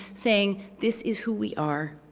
saying this is who we are,